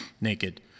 naked